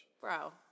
Bro